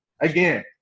again